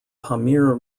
pamir